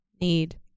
need